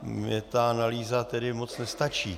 Mně ta analýza tedy moc nestačí.